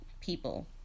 people